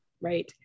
Right